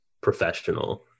professional